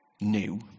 new